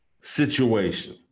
situation